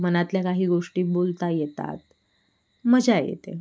मनातल्या काही गोष्टी बोलता येतात मजा येते